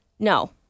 No